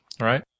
right